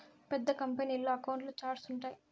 పెద్ద కంపెనీల్లో అకౌంట్ల ఛార్ట్స్ ఉంటాయి